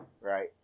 Right